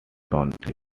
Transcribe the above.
township